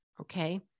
Okay